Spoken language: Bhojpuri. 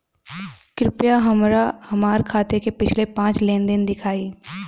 कृपया हमरा हमार खाते से पिछले पांच लेन देन दिखाइ